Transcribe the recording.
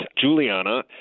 Juliana